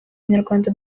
abanyarwanda